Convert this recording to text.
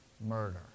murder